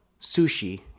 sushi